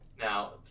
now